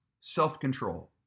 self-control